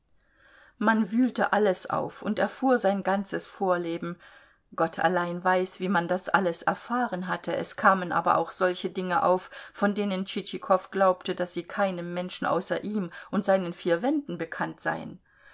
man wühlte alles auf und erfuhr sein ganzes vorleben gott allein weiß wie man das alles erfahren hatte es kamen aber auch solche dinge auf von denen tschitschikow glaubte daß sie keinem menschen außer ihm und seinen vier wänden bekannt seien